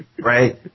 Right